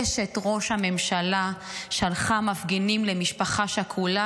אשת ראש הממשלה שלחה מפגינים למשפחה שכולה,